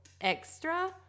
extra